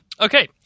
Okay